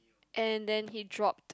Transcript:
and then he dropped